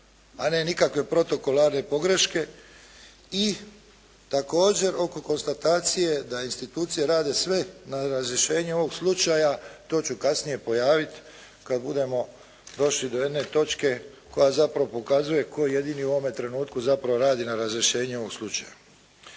a ne nikakve protokoralne pogreške i također oko konstatacije da institucije rade sve na razrješenju ovoga slučaja to ću kasnije pojavit, kada budemo došli do jedne točke koja zapravo pokazuje tko je jedini u ovome trenutku zapravo radi na razrješenju ovog slučaja.